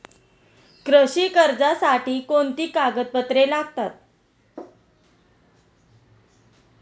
कृषी कर्जासाठी कोणती कागदपत्रे लागतात?